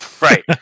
Right